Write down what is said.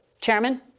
Chairman